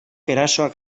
erasoak